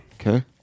Okay